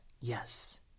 yes